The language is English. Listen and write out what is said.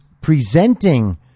presenting